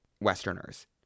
Westerners